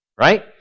Right